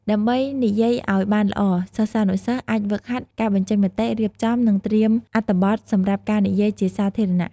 ដើម្បីនិយាយឲ្យបានល្អសិស្សានុសិស្ស អាចហ្វឹកហាត់ការបញ្ចេញមតិ រៀបចំ និងត្រៀមអត្ថបទសម្រាប់ការនិយាយជាសាធារណៈ។